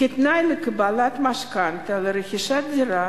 כתנאי לקבלת משכנתה לרכישת דירה